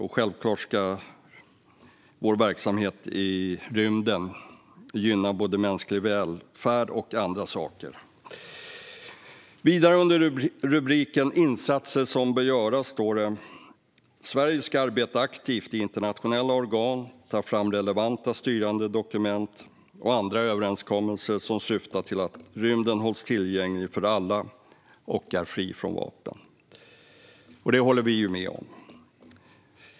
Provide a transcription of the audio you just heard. Och självklart ska vår verksamhet i rymden gynna både mänsklig välfärd och andra saker. Vidare står det att insatser som bör göras är att Sverige ska arbeta aktivt i internationella organ och ta fram relevanta styrande dokument och andra överenskommelser som syftar till att rymden hålls tillgänglig för alla och är fri från vapen. Det håller vi med om.